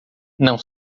não